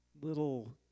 little